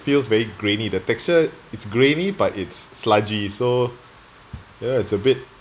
feels very grainy the texture it's grainy but it's sludgy so you know it's a bit